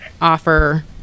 offer